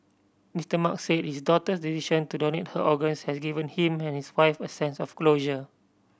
Mister Mark say his daughter's decision to donate her organs has given him and his wife a sense of closure